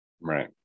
Right